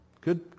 Good